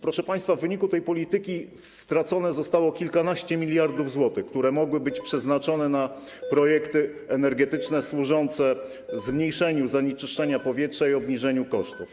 Proszę państwa, w wyniku tej polityki straconych zostało kilkanaście miliardów złotych, które mogły być przeznaczone na projekty energetyczne służące zmniejszeniu zanieczyszczenia powietrza i obniżeniu kosztów.